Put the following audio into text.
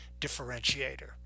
differentiator